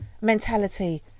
mentality